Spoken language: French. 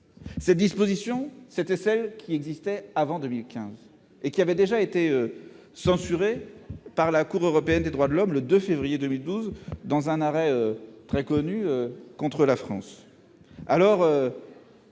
Cette disposition, qui existait avant 2015, avait déjà été censurée par la Cour européenne des droits de l'homme le 2 février 2012, dans un arrêt bien connu, contre la France.